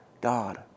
God